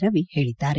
ರವಿ ಹೇಳಿದ್ದಾರೆ